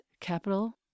capital